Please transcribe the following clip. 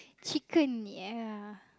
chicken ya